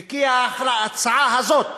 וכי ההצעה הזאת